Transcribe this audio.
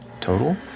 total